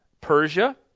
Persia